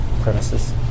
premises